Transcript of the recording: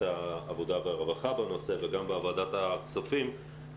העבודה והרווחה בנושא וגם בוועדת הכספים,